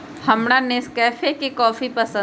हमरा नेस्कैफे के कॉफी पसंद हई